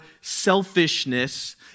selfishness